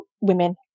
women